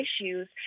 issues